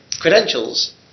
credentials